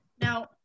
Now